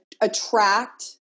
attract